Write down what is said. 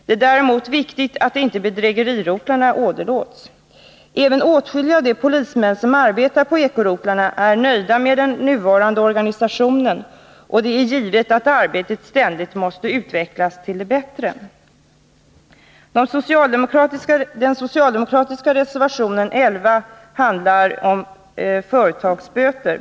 Det är däremot viktigt att inte bedrägerirotlarna åderlåts. Åtskilliga av de polismän som arbetar på eko-rotlarna är nöjda med den nuvarande organisationen, men det är givet att arbetet ständigt måste utvecklas till det bättre. Den socialdemokratiska reservationen 11 handlar om företagsböter.